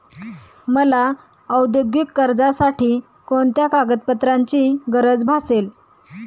मला औद्योगिक कर्जासाठी कोणत्या कागदपत्रांची गरज भासेल?